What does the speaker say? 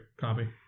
copy